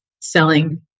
selling